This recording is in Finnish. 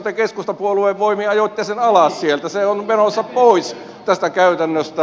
te keskustapuolueen voimin ajoitte sen alas sieltä se on menossa pois tästä käytännöstä